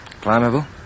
Climbable